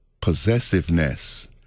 possessiveness